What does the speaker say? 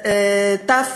תו